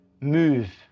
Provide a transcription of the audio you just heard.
move